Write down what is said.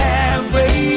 Halfway